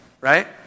right